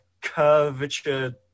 curvature